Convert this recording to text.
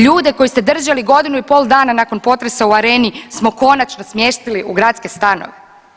Ljude koje ste držali godinu i pol nakon potresa u Areni smo končano smjestili u gradske stanove.